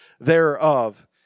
thereof